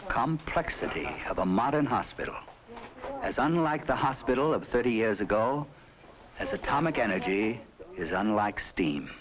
a complex today a modern hospital as unlike the hospital of thirty years ago as atomic energy is unlike steam